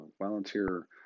volunteer